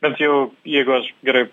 bet jau jeigu aš gerai